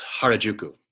Harajuku